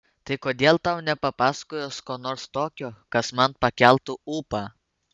tai kodėl tau nepapasakojus ko nors tokio kas man pakeltų ūpą